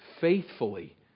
faithfully